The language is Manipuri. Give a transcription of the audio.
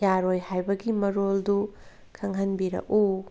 ꯌꯥꯔꯣꯏ ꯍꯥꯏꯕꯒꯤ ꯃꯔꯣꯜꯗꯨ ꯈꯪꯍꯟꯕꯤꯔꯛꯎ